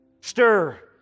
Stir